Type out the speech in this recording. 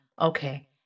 Okay